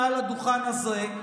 מעל הדוכן הזה,